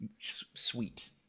Sweet